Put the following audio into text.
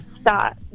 start